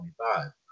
25